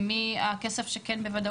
ממי הכסף שגביתם בוודאות?